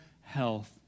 health